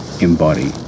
embody